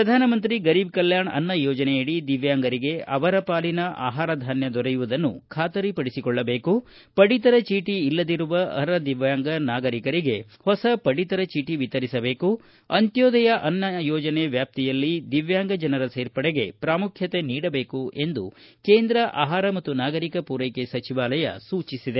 ಪ್ರಧಾನಮಂತ್ರಿ ಗರೀಬ್ ಕಲ್ಯಾಣ್ ಅನ್ನ ಯೋಜನೆಯಡಿ ದಿವ್ಯಾಂಗರಿಗೆ ಅವರ ಪಾಲಿನ ಆಹಾರಧಾನ್ಯ ದೊರೆಯುವುದನ್ನು ಖಾತರಿಪಡಿಸಿಕೊಳ್ಳಬೇಕು ಪಡಿತರ ಚೀಟಿ ಇಲ್ಲದಿರುವ ಅರ್ಪ ದಿವ್ವಾಂಗ ನಾಗರಿಕರಿಗೆ ಹೊಸ ಪಡಿತರ ಚೀಟಿ ವಿತರಿಸಬೇಕು ಅಂತ್ಯೋದಯ ಅನ್ನ ಯೋಜನೆ ವ್ಯಾಪ್ತಿಯಲ್ಲಿ ದಿವ್ವಾಂಗ ಜನರ ಸೇರ್ಪಡೆಗೆ ಪ್ರಾಮುಖ್ಯತೆ ನೀಡಬೇಕು ಎಂದು ಕೇಂದ್ರ ಆಹಾರ ಮತ್ತು ನಾಗರಿಕ ಪೂರೈಕೆ ಸಚಿವಾಲಯ ಸೂಚಿಸಿದೆ